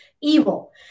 evil